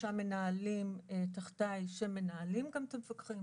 שלושה מנהלים תחתיי שמנהלים את המפקחים